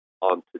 on